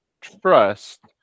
trust